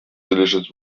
delicious